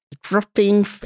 dropping